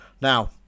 Now